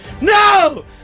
No